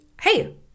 hey